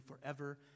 forever